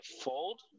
Fold